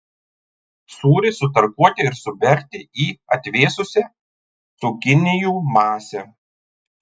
sūrį sutarkuoti ir suberti į atvėsusią cukinijų masę